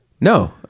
No